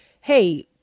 hey